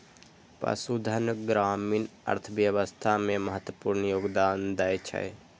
पशुधन ग्रामीण अर्थव्यवस्था मे महत्वपूर्ण योगदान दै छै